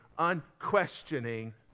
Unquestioning